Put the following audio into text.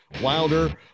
Wilder